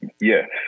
Yes